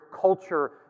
culture